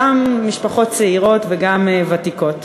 גם משפחות צעירות וגם ותיקות.